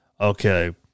Okay